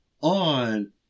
on